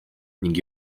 ning